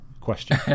question